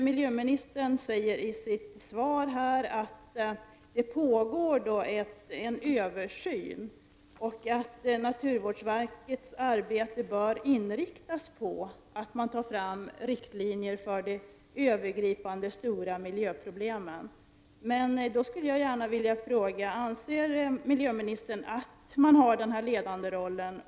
Miljöministern säger i sitt svar att det pågår en översyn och att naturvårdsverkets arbete bör inriktas på att ta fram riktlinjer för de övergripande, stora miljöproblemen. Men jag vill då gärna fråga: Anser miljöministern att naturvårdsverket har denna ledande roll?